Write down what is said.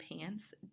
pants